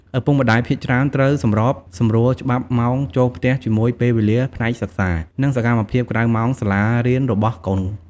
ឪពុកម្តាយភាគច្រើនត្រូវសម្របសម្រួលច្បាប់ម៉ោងចូលផ្ទះជាមួយពេលវេលាផ្នែកសិក្សា និងសកម្មភាពក្រៅម៉ោងសាលារៀនរបស់កូន។